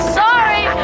sorry